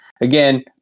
Again